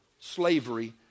slavery